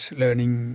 learning